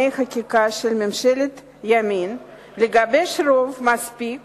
חקיקה של ממשלת ימין לגבש רוב מספיק